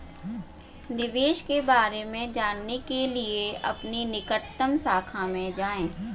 निवेश के बारे में जानने के लिए अपनी निकटतम शाखा में जाएं